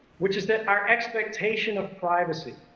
which is that our expectation of privacy